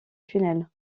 tunnel